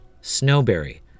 snowberry